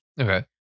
Okay